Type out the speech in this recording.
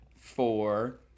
four